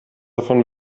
davon